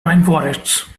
rainforests